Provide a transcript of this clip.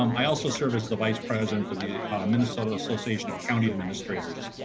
um i also serve as the vice president of the minnesota association of county administrators.